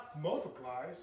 multiplies